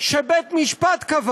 שבית-משפט קבע